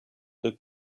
look